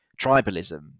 tribalism